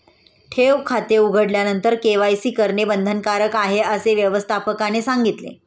ठेव खाते उघडल्यानंतर के.वाय.सी करणे बंधनकारक आहे, असे व्यवस्थापकाने सांगितले